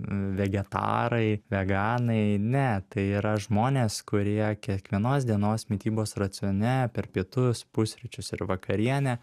vegetarai veganai ne tai yra žmonės kurie kiekvienos dienos mitybos racione per pietus pusryčius ir vakarienę